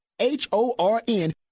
H-O-R-N